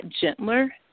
gentler